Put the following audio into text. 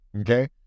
Okay